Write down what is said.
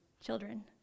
children